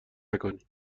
نکنی